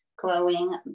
glowing